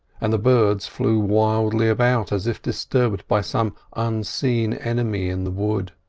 and the birds flew wildly about as if disturbed by some unseen enemy in the wood.